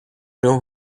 know